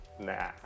Nah